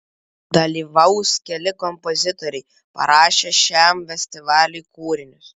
dalyvaus keli kompozitoriai parašę šiam festivaliui kūrinius